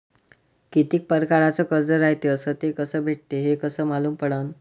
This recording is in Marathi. कितीक परकारचं कर्ज रायते अस ते कस भेटते, हे कस मालूम पडनं?